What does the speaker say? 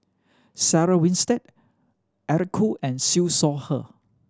Sarah Winstedt Eric Khoo and Siew Shaw Her